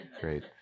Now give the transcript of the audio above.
Great